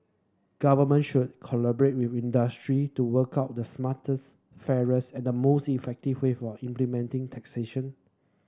governments should collaborate with industry to work out the smartest fairest and most effective way of implementing taxation